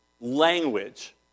language